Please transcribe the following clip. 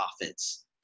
profits